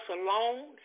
alone